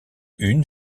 une